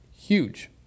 huge